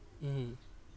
mm